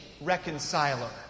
reconciler